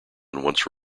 once